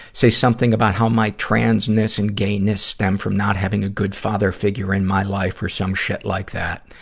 say something about how my trans-ness and gayness stem from not having a good father figure in my life or some shit like that.